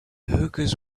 hookahs